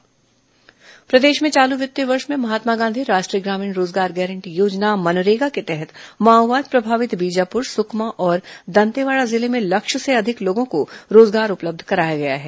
मनरेगा रोजगार प्रदेश में चालू वित्तीय वर्ष में महात्मा गांधी राष्ट्रीय ग्रामीण रोजगार गारंटी योजना मनरेगा के तहत माओवाद प्रभावित बीजापुर सुकमा और दंतेवाड़ा जिले में लक्ष्य से अधिक लोगों को रोजगार उपलब्ध कराया गया है